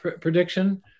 prediction